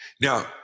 Now